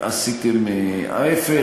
תודה רבה.